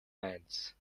lands